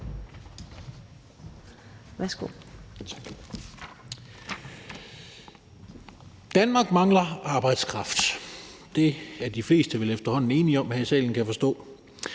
(LA): Danmark mangler arbejdskraft. Det er de fleste vel efterhånden enige om her i salen, kan jeg forstå.